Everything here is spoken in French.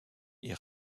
est